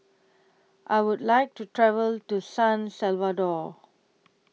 I Would like to travel to San Salvador